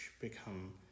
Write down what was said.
become